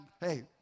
hey